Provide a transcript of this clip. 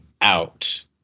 out